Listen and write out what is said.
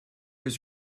his